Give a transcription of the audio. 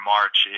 March